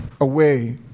away